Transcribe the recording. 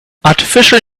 artificial